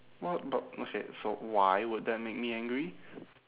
what but okay so why would that make me angry